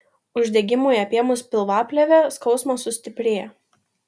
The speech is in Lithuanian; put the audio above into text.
uždegimui apėmus pilvaplėvę skausmas sustiprėja